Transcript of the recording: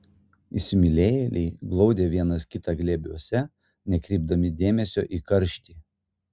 įsimylėjėliai glaudė vienas kitą glėbiuose nekreipdami dėmesio į karštį